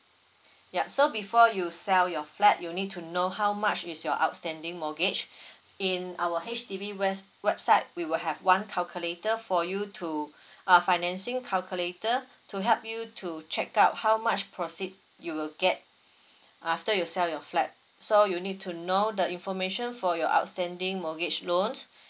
yup so before you sell your flat you need to know how much is your outstanding mortgage in our H_D_B web~ we will have one calculator for you to uh financing calculator to help you to check out how much proceed you will get after you sell your flat so you need to know the information for your outstanding mortgage loans